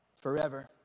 forever